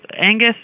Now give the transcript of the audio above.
Angus